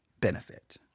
benefit